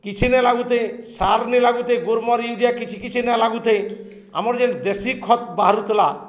କିଛି ନେ ଲାଗୁତେ ସାର୍ ନେଁ ଲାଗୁତେ ଗୋମର୍ ୟୁରିଆ କିଛି କିଛି ନାଇଁ ଲାଗୁତେ ଆମର ଯେନ୍ ଦେଶୀ ଖତ ବାହାରୁଥିଲା